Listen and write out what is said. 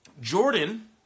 Jordan